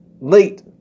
late